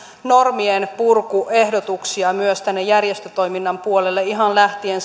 normienpurkuehdotuksia myös tänne järjestötoiminnan puolelle ihan lähtien